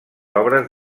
obres